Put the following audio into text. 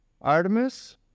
Artemis